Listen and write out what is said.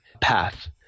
path